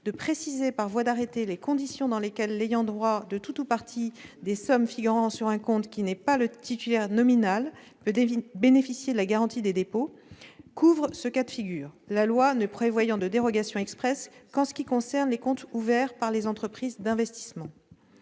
de préciser par voie d'arrêté « les conditions dans lesquelles l'ayant droit de tout ou partie des sommes figurant sur un compte, qui n'est pas le titulaire nominal, peut bénéficier de la garantie des dépôts » couvre ce cas de figure, la loi ne prévoyant de dérogation expresse qu'en ce qui concerne les comptes ouverts par les entreprises d'investissement.